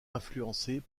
influencées